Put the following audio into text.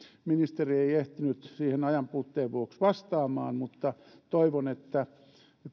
ministeri ei ehtinyt siihen ajanpuutteen vuoksi vastaamaan mutta toivon että